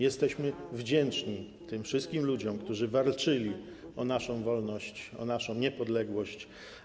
Jesteśmy wdzięczni tym wszystkim ludziom, którzy walczyli o naszą wolność, naszą niepodległość.